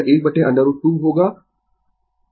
तो वह है 1√ 2 यह होगा √ 10 2 866 2 पर यह 1323√ 2 हो जाएगा